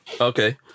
okay